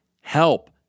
help